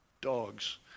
dogs